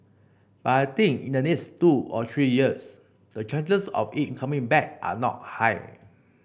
but I think in the next two or three years the chances of it coming back are not high